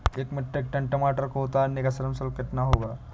एक metric ton टमाटर को उतारने का श्रम शुल्क कितना होगा?